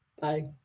bye